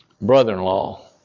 brother-in-law